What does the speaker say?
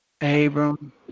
Abram